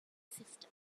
system